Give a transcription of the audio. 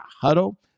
huddle